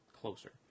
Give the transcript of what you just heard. closer